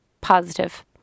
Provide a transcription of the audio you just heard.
positive